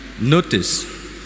notice